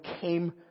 came